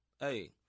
Hey